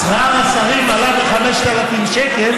שכר השרים עלה ב-5,000 שקל